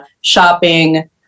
shopping